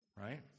Right